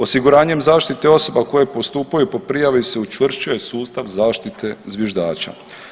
Osiguranjem zaštite osoba koje postupaju po prijavi kojim se učvršćuje sustav zaštite zviždača.